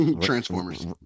Transformers